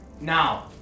now